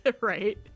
Right